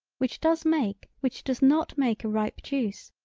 which does make which does not make a ripe juice,